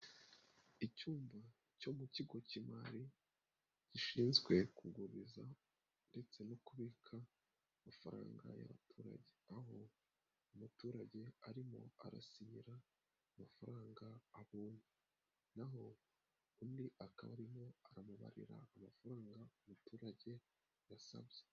Icyumba cyo mu kigo cy'imari gishinzwe kuguriza ndetse no kubika amafaranga y'abaturage, aho umuturage arimo arasinyira amafaranga, aho naho undi akaba ariho aramubarira amafaranga umuturage yasabye.